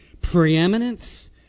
preeminence